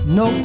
no